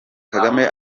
kagame